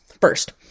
First